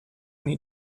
need